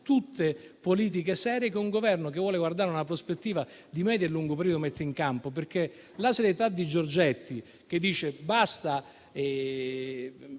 tutte politiche serie che un Governo, che vuole guardare a una prospettiva di medio e lungo periodo, mette in campo; con la serietà di Giorgetti, che dice basta,